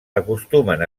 acostumen